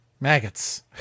Maggots